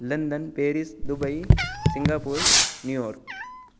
London Paris Dubai Singapore New York